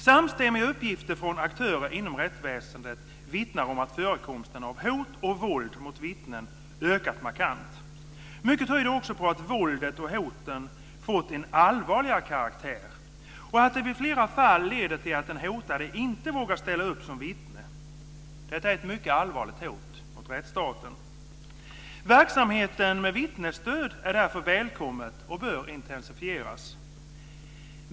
Samstämmiga uppgifter från aktörer inom rättsväsendet vittnar om att förekomsten av hot och våld mot vittnen har ökat markant. Mycket tyder också på att våldet och hoten fått en allvarligare karaktär och att det i flera fall har lett till att den hotade inte har vågat ställa upp som vittne. Detta är ett mycket allvarligt hot mot rättsstaten. Verksamheten med vittnesstöd är därför välkommen och bör intensifieras.